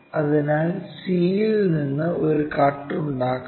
അതിനാൽ c യിൽ നിന്ന് ഒരു കട്ട് ഉണ്ടാക്കണം